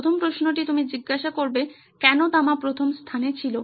প্রথম প্রশ্নটি তুমি জিজ্ঞাসা করবে কেনো তামা প্রথম স্থানে ছিল